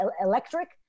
electric